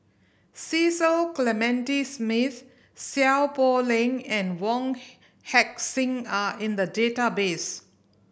Cecil Clementi Smith Seow Poh Leng and Wong Heck Sing are in the database